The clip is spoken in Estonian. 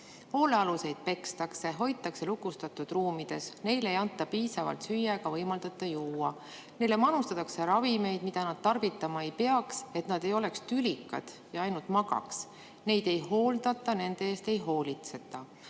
Hoolealuseid pekstakse, hoitakse lukustatud ruumides, neile ei anta piisavalt süüa ega võimaldata juua. Neile manustatakse ravimeid, mida nad tarvitama ei peaks, soovitakse, et nad ei oleks tülikad ja ainult magaks. Neid ei hooldata, nende eest ei hoolitseta.